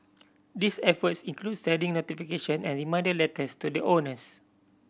these efforts include sending notification and reminder letters to the owners